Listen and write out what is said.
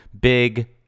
Big